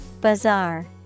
Bazaar